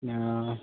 অঁ